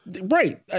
Right